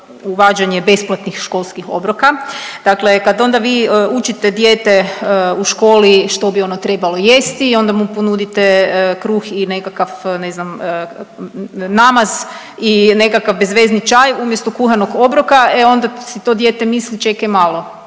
uvađanje besplatnih školskih obroka, dakle kad onda vi učite dijete u školi što bi ono trebalo jesti i onda mu ponudite kruh i nekakav ne znam namaz i nekakav bezvezni čaj umjesto kuhanog obroka, e onda si to dijete misli čekaj malo